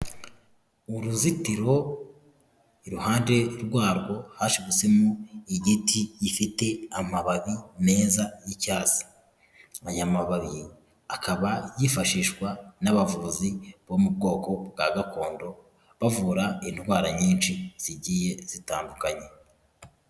Uruzitiro iruhande rwarwo hashyitsemo igiti gifite amababi meza y'icyatsi, aya mababi akaba yifashishwa n'abavuzi bo mu bwoko bwa gakondo, bavura indwara nyinshi zigiye zitandukanye.